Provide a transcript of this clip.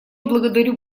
благодарю